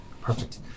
Perfect